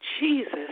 Jesus